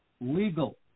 legal